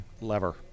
lever